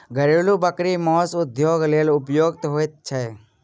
घरेलू बकरी मौस उद्योगक लेल उपयुक्त होइत छै